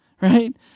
right